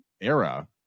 era